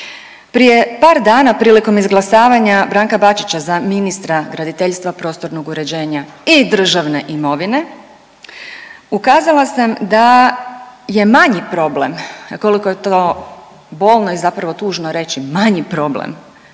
Prije par dana prilikom izglasavanja Branka Bačića za ministra graditeljstva, prostornog uređenja i državne imovine ukazala sam da je manji problem, koliko je to bolno i zapravo tužno reći manji problem